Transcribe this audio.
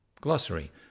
Glossary